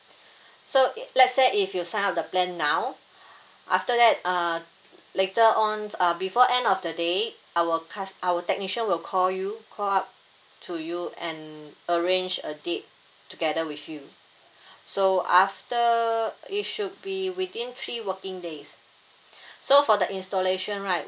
so it let's say if you sign up the plan now after that uh later on so uh before end of the day our cust~ our technician will call you call up to you and arrange a date together with you so after it should be within three working days so for the installation right